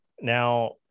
Now